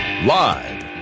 Live